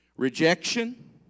Rejection